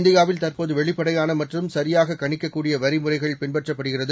இந்தியாவில்தற்போதுவெளிப்படையானமற்றும்சரியாக கணிக்கக்கூடியவரிமுறைகள்பின்பற்றப்படுகிறது